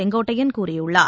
செங்கோட்டையன் கூறியுள்ளார்